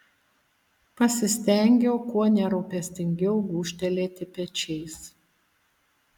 pasistengiau kuo nerūpestingiau gūžtelėti pečiais